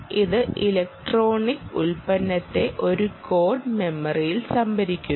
അത് ഇലക്ട്രോണിക് ഉൽപ്പന്നത്തെ ഒരു കോഡ് മെമ്മറിയിൽ സംഭരിക്കുന്നു